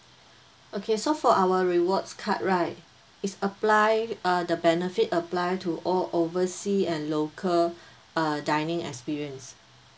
okay so for our rewards card right is apply uh the benefit apply to all oversea and local uh dining experience